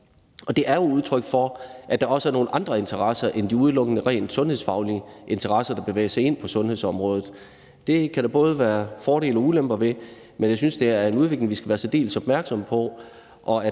Det er jo udtryk for, at der også er nogle andre interesser end de udelukkende rent sundhedsfaglige, der bevæger sig ind på sundhedsområdet. Det kan der både være fordele og ulemper ved, men jeg synes, det er en udvikling, vi skal være særdeles opmærksomme på,